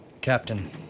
Captain